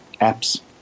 apps